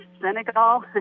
Senegal